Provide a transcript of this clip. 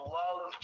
love